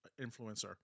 influencer